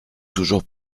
toujours